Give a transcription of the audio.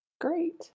Great